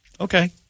Okay